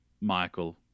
Michael